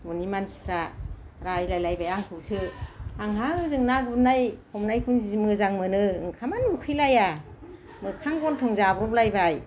न'नि मानसिफ्रा रायलायलायबाय आंखौसो आंहा ओजों ना गुरनाय हमनायखौनो जि मोजां मोनो ओंखामानो उखैलाया मोखां गन्थं जाब्रब लायबाय